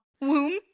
Womb